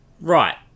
Right